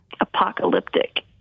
apocalyptic